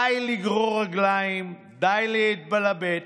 די לגרור רגליים, די להתלבט,